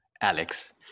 Alex